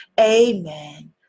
Amen